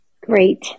great